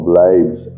lives